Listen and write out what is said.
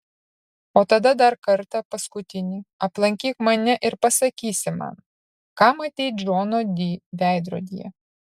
o tada dar kartą paskutinį aplankyk mane ir pasakysi man ką matei džono di veidrodyje